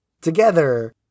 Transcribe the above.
together